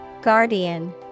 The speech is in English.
Guardian